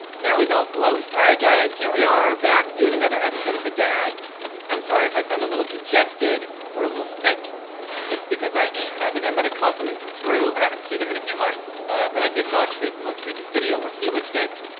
now he's all glowy. all right guys, here we are back doing another episode of badads i'm sorry if i sound a little congested or a little sick it's because i am. i think i mighta' caught something from drew. i haven't seen him in a few months but i did watch his most recent video where he was sick.